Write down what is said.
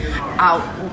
out